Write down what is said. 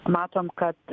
matom kad